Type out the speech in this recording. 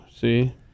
see